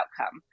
outcome